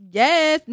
yes